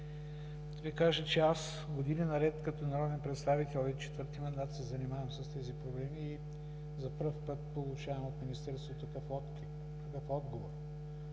Ви кажа, че аз години наред като народен представител четвърти мандат се занимавам с тези проблеми и за първи път получавам от министерството такъв отговор